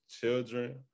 children